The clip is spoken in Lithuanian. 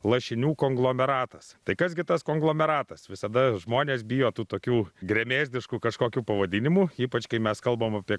lašinių konglomeratas tai kas gi tas konglomeratas visada žmonės bijo tų tokių gremėzdiškų kažkokių pavadinimų ypač kai mes kalbam apie